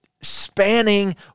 spanning